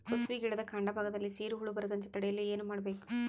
ಕುಸುಬಿ ಗಿಡದ ಕಾಂಡ ಭಾಗದಲ್ಲಿ ಸೀರು ಹುಳು ಬರದಂತೆ ತಡೆಯಲು ಏನ್ ಮಾಡಬೇಕು?